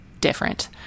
different